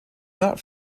not